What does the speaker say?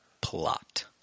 plot